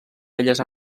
belles